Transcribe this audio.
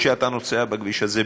כשאתה נוסע בכביש הזה,